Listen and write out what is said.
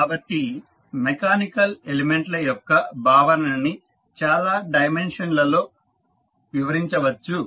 కాబట్టి mechanical element ల యొక్క భావనని చాలా డైమెన్షన్లలో వివరించవచ్చు